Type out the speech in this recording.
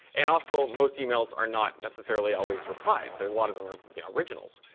and also most emails are not necessarily always replies. so a lot of them are yeah originals.